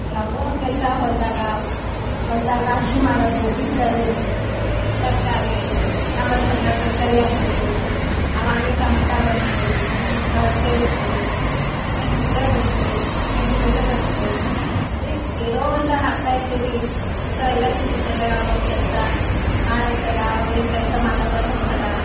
ಯಾವುದೋ ಒಂದು ಕೆಲಸ ಹೊಲದಾಗ ಹೊಲ್ದಾಗ ರಾಶಿ ಮಾಡೋದು ಬಿತ್ತೋದು ತರಕಾರಿ ನಂಬಳಿ ಹೊಲ್ದಾಗ ತರಕಾರಿ ಹಾಕಿದೇವು ಅವಾಗೆ ಟೊಮಟೊ ಬಂದು ಜವಳಿಕಾಯ್ ಬಂದು ಮೆಣಸಿನ್ ಕಾಯಿ ಬಂತು ಮೆಂತಿ ಪಲ್ಯ ಬಂತು ಅಂದರೆ ಏನೋ ಅಂತ ಹಾಕ್ತಾ ಇರ್ತೀವಿ ಇಂಥವೆಲ್ಲ ಸಿಚ್ಯುವೇಷನ್ದಾಗ ಅವ್ರದೊಂದು ಕೆಲಸ ಹಾಳಾಯಿತ್ತಲ್ಲ ಅವ್ರದೇನ್ ಕೆಲಸ ಮಾಡ್ಲು ಬರ್ಲು ಹೋಯ್ತಲ್ಲ